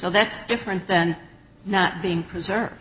so that's different than not being preserve